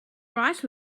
rice